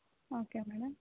okay madam